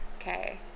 okay